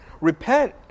Repent